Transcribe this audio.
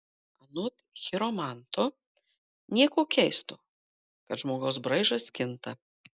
anot chiromanto nieko keisto kad žmogaus braižas kinta